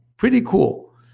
pretty cool.